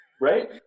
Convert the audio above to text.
Right